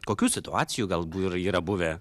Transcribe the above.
kokių situacijų galbūt yra buvę